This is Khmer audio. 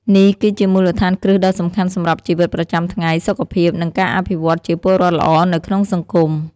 នេះគឺជាមូលដ្ឋានគ្រឹះដ៏សំខាន់សម្រាប់ជីវិតប្រចាំថ្ងៃ សុខភាព និងការអភិវឌ្ឍជាពលរដ្ឋល្អនៅក្នុងសង្គម។